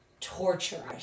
torture